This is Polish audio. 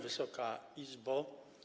Wysoka Izbo!